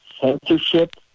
censorship